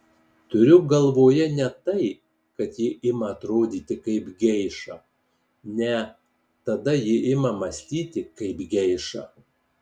turiu galvoje ne tai kad ji ima atrodyti kaip geiša ne tada ji ima mąstyti kaip geiša